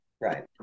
right